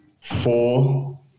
four